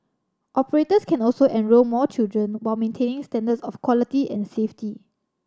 operators can also enrol more children while maintaining standards of quality and safety